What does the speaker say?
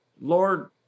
Lord